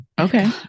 okay